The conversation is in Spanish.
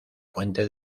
fuente